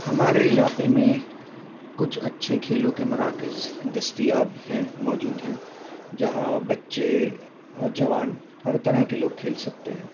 ہمارے علاقے میں کچھ اچھے کھیلوں کے مراکز دستیاب ہیں موجود ہیں جہاں بچے اور جوان ہر طرح کے لوگ کھیل سکتے ہیں